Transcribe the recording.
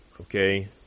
okay